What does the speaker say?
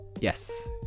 Yes